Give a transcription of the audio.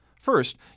First